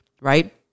Right